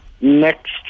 Next